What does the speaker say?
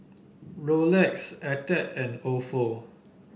Rolex Attack and Ofo